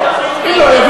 אדוני יסכים לכך.